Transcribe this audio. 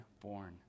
born